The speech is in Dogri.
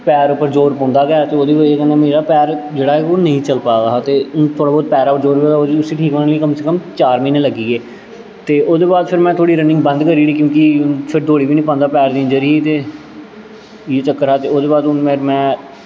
पैर उप्पर जोर पौंदा गै ते ओह्दी बजह् कन्नै मेरा पैर जेह्ड़ा ऐ ओह् नेईं चली पा दा हा ते हून थोह्ड़ा बौह्त पैरै पर जोर पौंदा हा उसी ठीक होने गी कम से कम चार म्हीने लग्गी गे ते ओह्दे बाद फिर में थोह्ड़ी रनिंग बंद करी ओड़ी क्योंकि फिर दौड़ी गै निं पांदे हा पैर दी इंजरी ही ते एह् चक्कर हा ते ओह्दे बाद हून फिर में